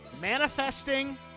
manifesting